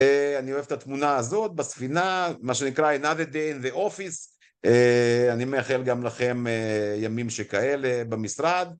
אני אוהב את התמונה הזאת בספינה, מה שנקרא another day in the office. אני מאחל גם לכם ימים שכאלה במשרד.